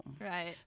Right